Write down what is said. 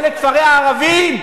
או לכפרי הערבים?